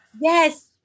Yes